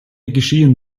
geschehen